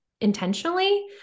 intentionally